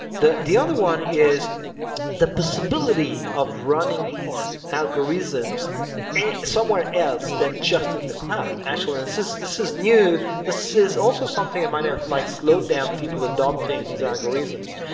the the other one is the possibility of running these algorithms somewhere else than just in the cloud. actually, this is this is new. this is also something that and might have like slowed down people adopting these algorithms.